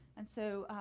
and so,